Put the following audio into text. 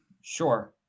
Sure